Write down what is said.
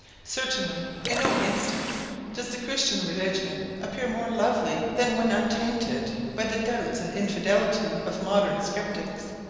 certainly in no instance does the christian religion appear more lovely than when, untainted by the doubts and infidelity of modern sceptics,